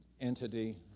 entity